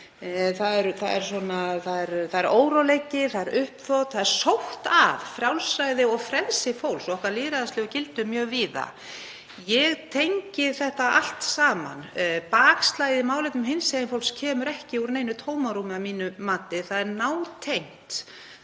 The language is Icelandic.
það er óróleiki, það er uppþot og það er sótt að frjálsræði og frelsi fólks og okkar lýðræðislegu gildum mjög víða. Ég tengi þetta allt saman. Bakslagið í málefnum hinsegin fólks kemur ekki úr neinu tómarúmi, að mínu mati. Það er nátengt